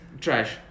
Trash